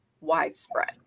widespread